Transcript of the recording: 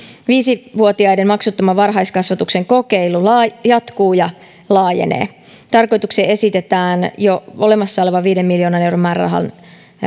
viisivuotiaiden maksuttoman varhaiskasvatuksen kokeilu jatkuu ja laajenee tarkoitukseen esitetään myös jo olemassa olevan viiden miljoonan euron määrärahan